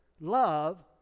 Love